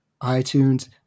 itunes